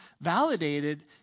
validated